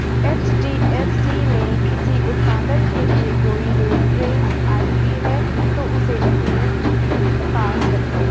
HDFC में किसी उत्पाद के लिए कोई रेफरेंस आई.डी है, तो उसे अपने पास रखें